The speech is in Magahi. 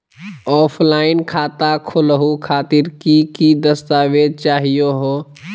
ऑफलाइन खाता खोलहु खातिर की की दस्तावेज चाहीयो हो?